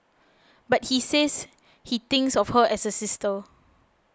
but he says he thinks of her as a sister